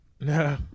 No